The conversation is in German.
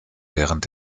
während